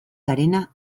garena